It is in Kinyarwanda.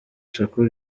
shakur